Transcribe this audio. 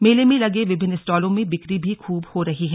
मेले में लगे विभिन्न स्टॉलों में बिक्री भी खूब हो रही है